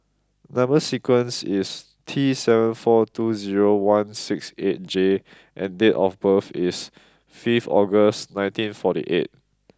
number sequence is T seven four two zero one six eight J and date of birth is fifth August nineteen forty eight